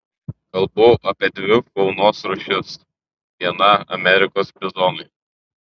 kalbu apie dvi faunos rūšis viena amerikos bizonai